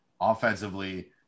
offensively